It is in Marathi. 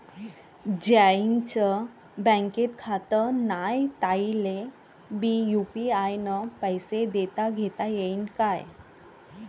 ज्याईचं बँकेत खातं नाय त्याईले बी यू.पी.आय न पैसे देताघेता येईन काय?